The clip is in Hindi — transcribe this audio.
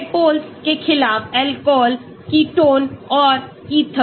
टैडपोल के खिलाफ अल्कोहल केटोन्स और इथर